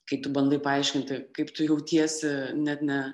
kai tu bandai paaiškinti kaip tu jautiesi net ne